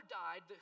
died